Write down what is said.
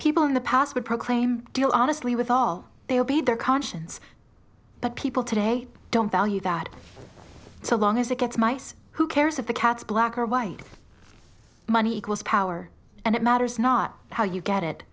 people in the past would proclaim deal honestly with all they will be their conscience but people today don't value that so long as it gets mice who cares if the cats black or white money equals power and it matters not how you get it